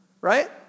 right